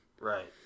Right